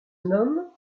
nomme